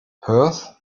perth